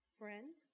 friend